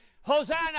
Hosanna